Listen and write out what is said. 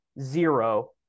zero